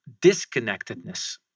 disconnectedness